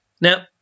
Now